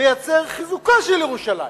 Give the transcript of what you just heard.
לייצר את חיזוקה של ירושלים.